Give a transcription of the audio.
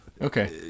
okay